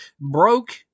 broke